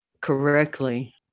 correctly